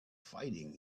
fighting